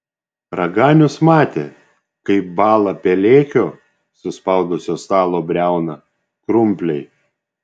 raganius matė kaip bąla pelėkio suspaudusio stalo briauną krumpliai